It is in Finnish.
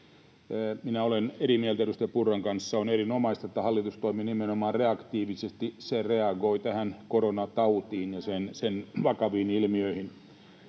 Minä olen eri mieltä edustaja Purran kanssa. On erinomaista, että hallitus toimii nimenomaan reaktiivisesti, se reagoi tähän koronatautiin ja sen vakaviin ilmiöihin.